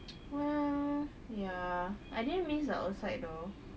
well ya I didn't miss the outside though